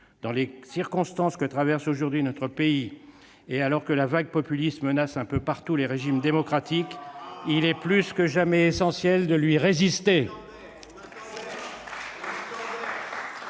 Dans les circonstances que traverse aujourd'hui notre pays, et alors que la vague populiste menace un peu partout les régimes démocratiques, ... On l'attendait !... il est plus que jamais essentiel de lui résister.